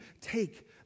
take